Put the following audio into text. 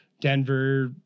Denver